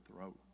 throat